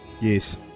Yes